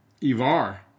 Ivar